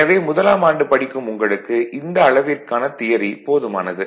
எனவே முதலாம் ஆண்டு படிக்கும் உங்களுக்கு இந்த அளவிற்கான தியரி போதுமானது